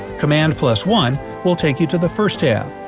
command plus one will take you to the first tab,